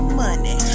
money